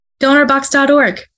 DonorBox.org